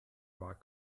war